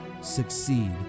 Succeed